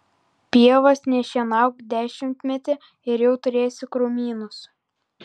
pievos nešienauk dešimtmetį ir jau turėsi krūmynus